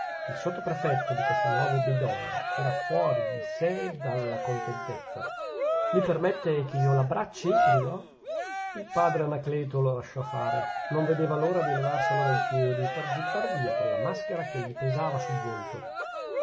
il sottoprefetto di castelnuovo bedonia era fuori di sè dalla contentezza mi permette che io l'abbracci gridò il padre anacleto lo lasciò fare non vedeva l'ora di levarselo dai piedi per gittar via quella maschera che gli pesava sul volto